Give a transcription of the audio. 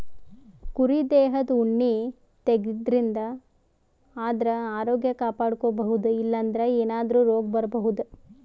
ಕುರಿ ದೇಹದ್ ಉಣ್ಣಿ ತೆಗ್ಯದ್ರಿನ್ದ ಆದ್ರ ಆರೋಗ್ಯ ಕಾಪಾಡ್ಕೊಬಹುದ್ ಇಲ್ಲಂದ್ರ ಏನಾದ್ರೂ ರೋಗ್ ಬರಬಹುದ್